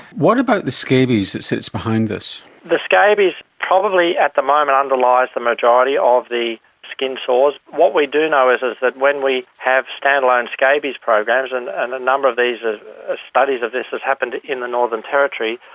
what about the scabies that sits behind this? the scabies probably at the moment underlies the majority of the skin sores. what we do know is ah that when we have stand-alone scabies programs, and and a number of these ah studies of this has happened in the northern territory,